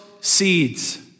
seeds